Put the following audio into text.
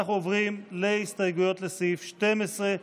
אנחנו עוברים להסתייגות לסעיף 12,